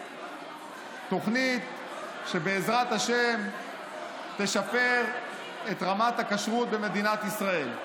תוכנית שבעזרת השם תשפר את רמת הכשרות במדינת ישראל.